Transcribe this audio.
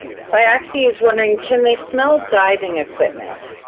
so ciaxy is wondering, can they smell diving equipment?